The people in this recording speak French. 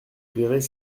verrez